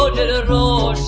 ah the roof